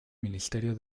ministerio